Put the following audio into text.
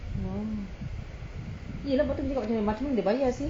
oh iya lah tengok macam mana dia bayar seh